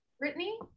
Brittany